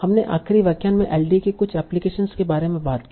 हमने आखिरी व्याख्यान में एलडीए के कुछ एप्लीकेशन के बारे में बात की